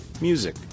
music